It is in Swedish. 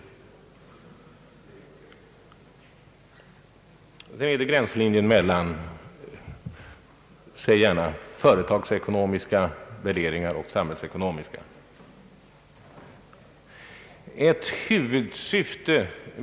Sedan var det fråga om gränslinjen mellan företagsekonomiska värderingar och samhällsekonomiska värderingar.